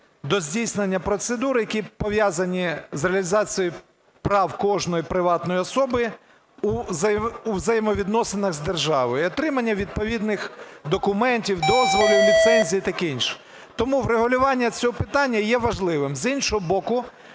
до здійснення процедур, які пов'язані з реалізацією прав кожної приватної особи у взаємовідносинах з державою, і отримання відповідних документів, дозволів, ліцензій і таке інше. Тому врегулювання цього питання є важливим. З іншого боку,